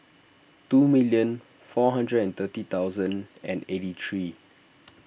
two million four hundred and thirty thousand and eighty three